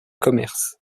commerce